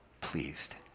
pleased